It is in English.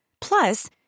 Plus